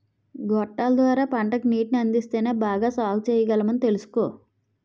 గొట్టాల ద్వార పంటకు నీటిని అందిస్తేనే బాగా సాగుచెయ్యగలమని తెలుసుకో